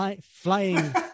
Flying